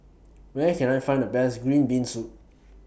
Where Can I Find The Best Green Bean Soup